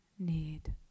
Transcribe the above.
need